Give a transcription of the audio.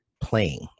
playing